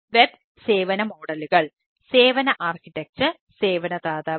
web